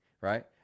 right